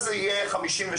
אז זה יהיה 52%-48%.